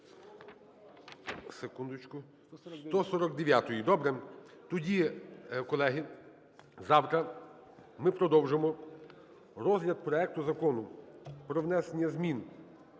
Секундочку… З 149-ї. Добре. Тоді, колеги, завтра ми продовжимо розгляд проекту Закону про внесення змін